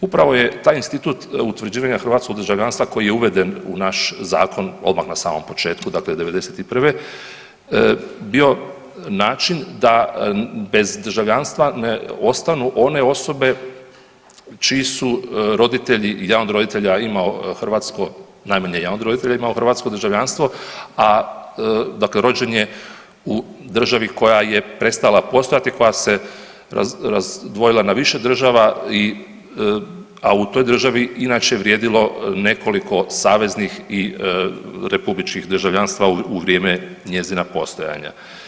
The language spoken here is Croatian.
Upravo je taj institut utvrđivanja hrvatskog državljanstva koji je uveden u naš zakon odmah na samom početku, dakle '91. bio način da bez državljanstva ostanu one osobe čiji su roditelji, jedan od roditelja imao hrvatsko, najmanje jedan od roditelja imao hrvatsko državljanstvo, a dakle rođen je u državi koja je prestala postojati i koja se razdvojila na više država i, a u toj državi inače vrijedilo nekoliko saveznih i republičnih državljanstva u vrijeme njezina postojanja.